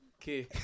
Okay